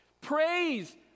Praise